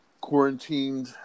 quarantined